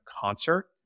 concert